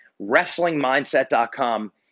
wrestlingmindset.com